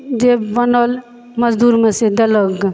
जे बनल मजदूरीमे से देलक गऽ